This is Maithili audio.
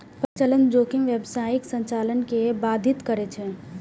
परिचालन जोखिम व्यावसायिक संचालन कें बाधित करै छै